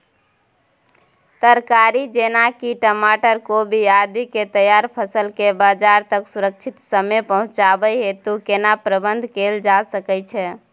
तरकारी जेना की टमाटर, कोबी आदि के तैयार फसल के बाजार तक सुरक्षित समय पहुँचाबै हेतु केना प्रबंधन कैल जा सकै छै?